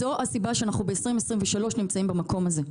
זו הסיבה שאנחנו ב-2023 נמצאים במקום הזה.